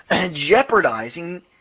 jeopardizing